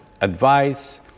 advice